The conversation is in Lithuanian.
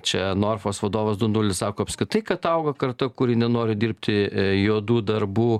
čia norfos vadovas dundulis sako apskritai kad auga karta kuri nenori dirbti juodų darbų